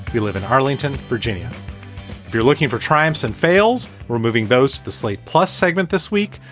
we live in arlington, virginia. if you're looking for triumphs and fails, we're moving those to the slate plus segment this week,